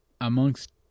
amongst